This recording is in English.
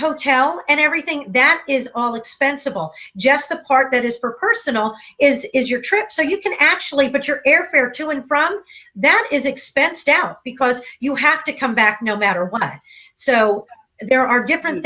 hotel and everything that is all expensive all just the part that is for personal is is your trip so you can actually put your airfare to and from that is expense down because you have to come back no matter what so there are different